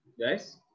Guys